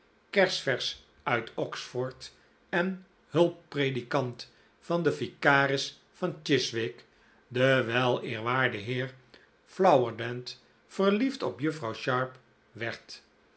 kersversch uit oxford en hulp predikant van den vicaris van chiswick den weleerwaarden heer flowerdend verliefd op juffrouw sharp werd